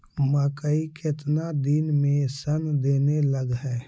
मकइ केतना दिन में शन देने लग है?